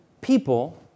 people